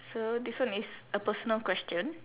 so this one is a personal question